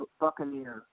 Buccaneer